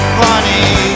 funny